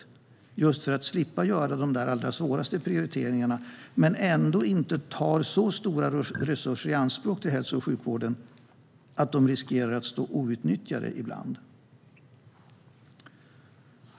Det handlar om att slippa göra de allra svåraste prioriteringarna men ändå inte ta så stora resurser i anspråk för hälso och sjukvården att platser riskerar att stå outnyttjade ibland.